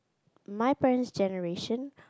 my parent's generation